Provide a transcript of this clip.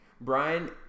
Brian